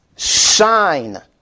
shine